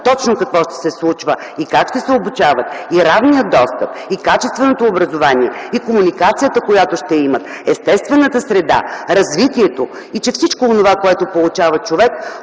точно какво ще се случва и как ще се обучават, равният достъп, качественото образование, комуникацията, която ще имат, естествената среда, развитието и че всичко онова, което получава човек,